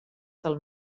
del